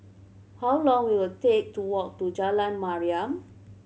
how long will it take to walk to Jalan Mariam